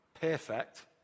Perfect